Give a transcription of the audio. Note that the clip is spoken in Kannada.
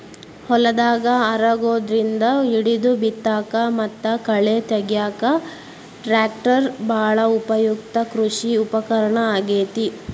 ಹೊಲದಾಗ ಹರಗೋದ್ರಿಂದ ಹಿಡಿದು ಬಿತ್ತಾಕ ಮತ್ತ ಕಳೆ ತಗ್ಯಾಕ ಟ್ರ್ಯಾಕ್ಟರ್ ಬಾಳ ಉಪಯುಕ್ತ ಕೃಷಿ ಉಪಕರಣ ಆಗೇತಿ